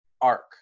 arc